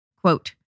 Quote